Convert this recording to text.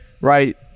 right